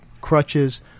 crutches